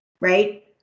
right